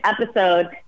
episode